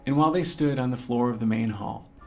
and while they stood on the floor of the main hall,